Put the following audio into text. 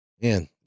Man